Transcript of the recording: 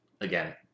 again